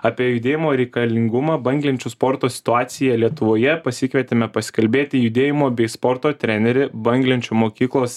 apie judėjimo reikalingumą banglenčių sporto situaciją lietuvoje pasikvietėme pasikalbėti judėjimo bei sporto trenerį banglenčių mokyklos